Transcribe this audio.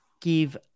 give